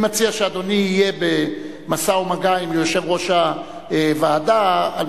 אני מציע שאדוני יהיה במשא ומגע עם יושב-ראש הוועדה על